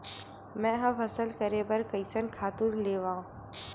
मैं ह फसल करे बर कइसन खातु लेवां?